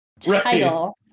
title